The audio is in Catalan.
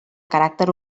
caràcter